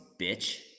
bitch